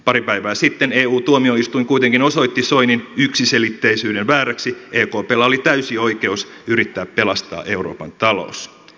pari päivää sitten eu tuomioistuin kuitenkin osoitti soinin yksiselitteisyyden vääräksi ekpllä oli täysi oikeus yrittää pelastaa euroopan talous